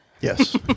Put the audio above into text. Yes